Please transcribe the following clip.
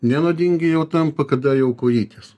nenuodingi jau tampa kada jau kojytės